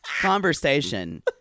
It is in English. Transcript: conversation